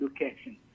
education